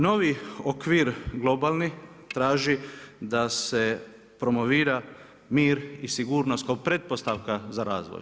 Novi okvir globalni, traži da se promovira mir i sigurnost kao pretpostavka za razvoj.